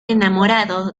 enamorado